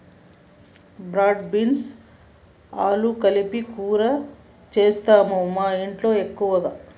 broad beans ఆలు కలిపి కూర చేస్తాము మాఇంట్లో ఎక్కువగా